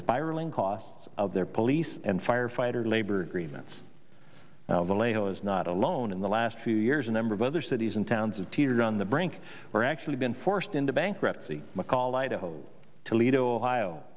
spiraling costs of their police and firefighters labor agreements the law is not alone in the last few years a number of other cities and towns of teetered on the brink were actually been forced into bankruptcy mccall idaho toledo ohio